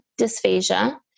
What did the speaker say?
dysphagia